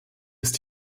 ist